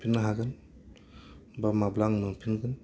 हरफिननो हागोन बा माब्ला आं मोनफिनगोन